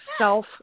self